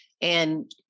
and-